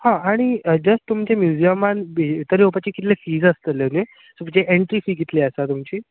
हय आनी जस्ट तुमचे म्युजियमान भितर येवपाची कितली फीज आसतली भी म्हणजे एण्ट्री फी कितली आसा तुमची